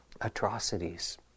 atrocities